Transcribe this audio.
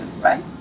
right